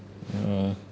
mm